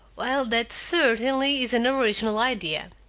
well, that certainly is an original idea.